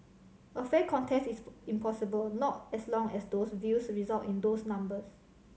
a fair contest is impossible not as long as those views result in those numbers